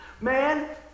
Man